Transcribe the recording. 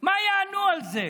מה יענו על זה